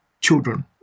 children